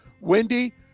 Wendy